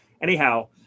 Anyhow